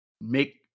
Make